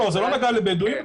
זה לא נגע לבדואים,